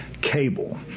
cable